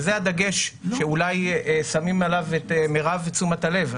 וזה הדגש שאולי שמים עליו את מרב תשומת הלב,